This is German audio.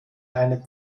eine